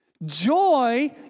Joy